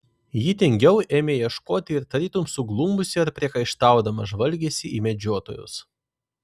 ji tingiau ėmė ieškoti ir tarytum suglumusi ar priekaištaudama žvalgėsi į medžiotojus